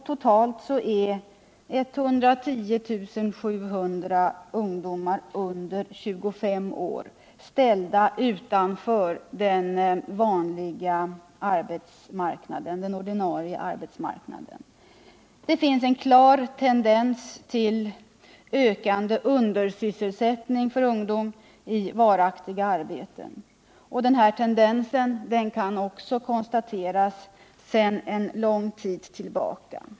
Totalt är 110 700 ungdomar under 25 år ställda utanför den ordinarie arbetsmarknaden. Det finns en klar tendens till ökande undersysselsättning för ungdom i varaktiga arbeten. Denna tendens kan också konstateras för en lång tid tillbaka.